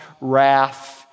wrath